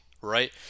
right